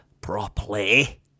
properly